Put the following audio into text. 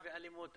ואלימות.